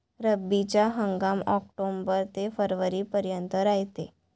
रब्बीचा हंगाम आक्टोबर ते फरवरीपर्यंत रायते